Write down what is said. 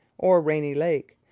or rainy lake,